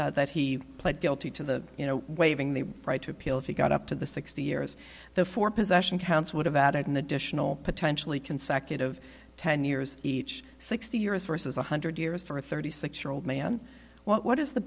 years that he pled guilty to the you know waiving the right to appeal if he got up to the sixty years the four possession counts would have added an additional potentially consecutive ten years each sixty years versus one hundred years for a thirty six year old man what is the